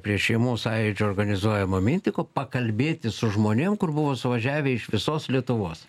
prie šeimos sąjūdžio organizuojamo mitigo pakalbėti su žmonėm kur buvo suvažiavę iš visos lietuvos